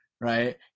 right